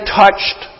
touched